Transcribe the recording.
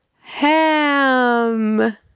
ham